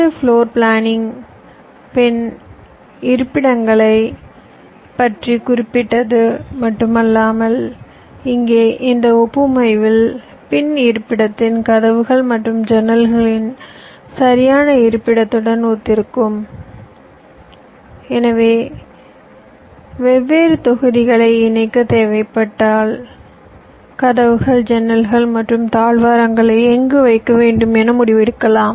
ஐ floor planning பின் இருப்பிடங்களைப் பற்றி குறிப்பிட்டது மட்டுமல்லாமல் இங்கே இந்த ஒப்புமையில் பின் இருப்பிடத்தின் கதவுகள் மற்றும் ஜன்னல்களின் சரியான இருப்பிடத்துடன் ஒத்திருக்கும் எனவே வெவ்வேறு தொகுதிகளை இணைக்க தேவைப்பட்டால் கதவுகள் ஜன்னல்கள் மற்றும் தாழ்வாரங்களை எங்கு வைக்க வேண்டும் என முடிவெடுக்கலாம்